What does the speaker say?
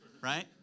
right